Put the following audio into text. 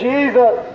Jesus